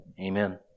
Amen